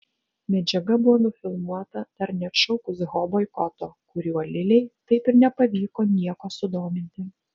medžiaga buvo nufilmuota dar neatšaukus ho boikoto kuriuo lilei taip ir nepavyko nieko sudominti